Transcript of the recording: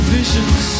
visions